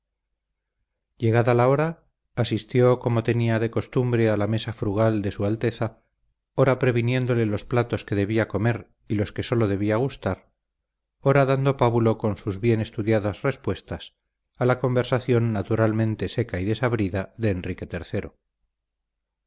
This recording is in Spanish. llegada la hora asistió como tenía de costumbre a la mesa frugal de su alteza ora previniéndole los platos que debía comer y los que sólo debía gustar ora dando pábulo con sus bien estudiadas respuestas a la conversación naturalmente seca y desabrida de enrique